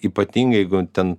ypatingai jeigu ten